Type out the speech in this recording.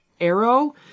arrow